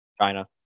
China